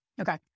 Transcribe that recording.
Okay